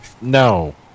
No